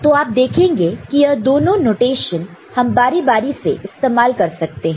तो आप देखेंगे कि यह दोनों नोटेशन हम बारी बारी से इस्तेमाल कर सकते हैं